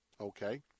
okay